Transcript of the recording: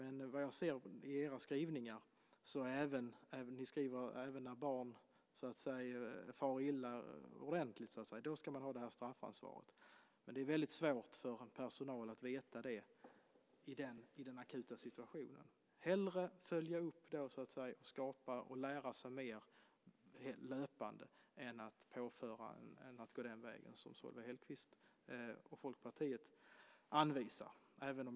Enligt era skrivningar ska man ha straffansvaret när barn far riktigt illa. Men det är väldigt svårt för en personal att veta det i den akuta situationen. Hellre följa upp och lära sig mer löpande än gå den väg som Solveig Hellquist och Folkpartiet anvisar.